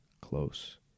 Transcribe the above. close